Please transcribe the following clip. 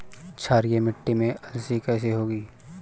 क्षारीय मिट्टी में अलसी कैसे होगी?